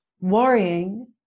worrying